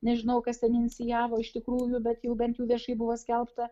nežinau kas ten inicijavo iš tikrųjų bet jau bent jau viešai buvo skelbta